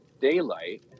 daylight